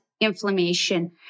Inflammation